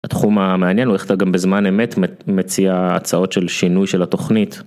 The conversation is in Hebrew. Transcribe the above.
התחום המעניין הוא איך אתה גם בזמן אמת מציע הצעות של שינוי של התוכנית.